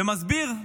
ומסביר,